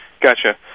Gotcha